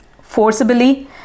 Forcibly